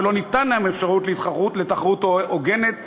ולא ניתנת להם אפשרות לתחרות הוגנת ולבחירה,